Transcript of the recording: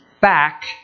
back